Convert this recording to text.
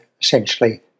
essentially